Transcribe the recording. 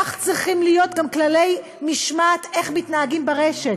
כך צריכים להיות גם כללי משמעת איך מתנהגים ברשת,